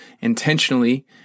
intentionally